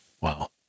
Wow